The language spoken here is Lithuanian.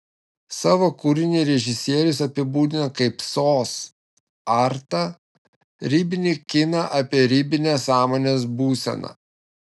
savo kūrinį režisierius apibūdina kaip sos artą ribinį kiną apie ribinę sąmonės būseną